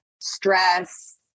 stress